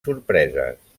sorpreses